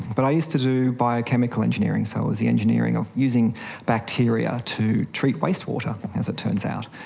but i used to do biochemical engineering, so it was the engineering of using bacteria to treat wastewater, as it turns out.